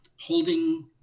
holding